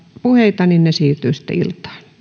puheita niin